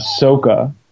Ahsoka